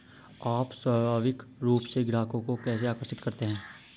आप स्वाभाविक रूप से ग्राहकों को कैसे आकर्षित करते हैं?